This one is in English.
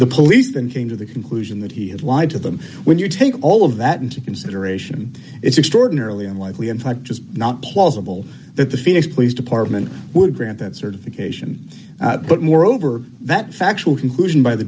the police then came to the conclusion that he had lied to them when you take all of that into consideration it's extraordinarily unlikely in fact just not plausible that the phoenix police department would grant that certification but moreover that factual conclusion by the